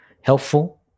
helpful